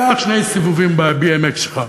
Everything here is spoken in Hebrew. קח שני סיבובים ב-BMX שלך,